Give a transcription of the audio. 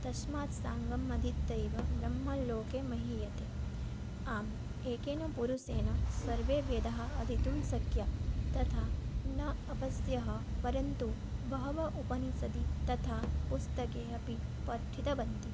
तस्मात् साङ्गमधीत्यैव ब्रह्मलोके महीयते आम् एकेन पुरुषेण सर्वे वेदाः अधीतुं शक्याः तथा न अवश्यं परन्तु बहवः उपनिषदि तथा पुस्तके अपि पठितवन्ति